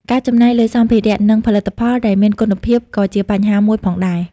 ការចំណាយលើសម្ភារៈ និងផលិតផលដែលមានគុណភាពក៏ជាបញ្ហាមួយផងដែរ។